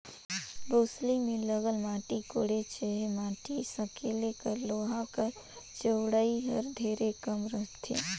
बउसली मे लगल माटी कोड़े चहे माटी सकेले कर लोहा कर चउड़ई हर ढेरे कम रहथे